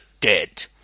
dead